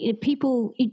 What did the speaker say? people